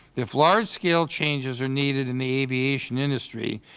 if large scale changes are needed in the aviation industry,